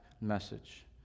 message